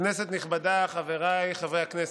כנסת נכבדה, חבריי חברי הכנסת,